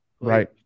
Right